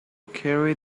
carry